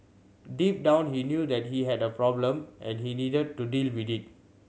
deep down he knew that he had a problem and he needed to deal with it